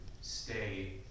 stay